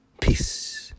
Peace